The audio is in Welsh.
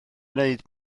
wneud